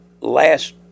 last